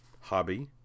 hobby